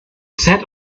sat